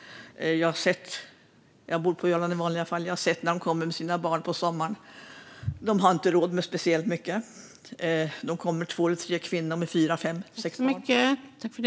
Jag bor på Öland i vanliga fall, och jag har sett när de kommer med sina barn på sommaren. De har inte råd med speciellt mycket. De kommer två eller tre kvinnor med fem sex barn.